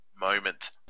moment